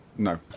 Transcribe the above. No